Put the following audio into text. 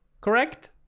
correct